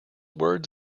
words